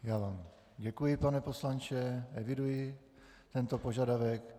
Já vám děkuji, pane poslanče, eviduji tento požadavek.